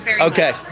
Okay